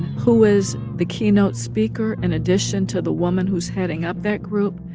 who was the keynote speaker, in addition to the woman who's heading up that group?